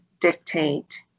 dictate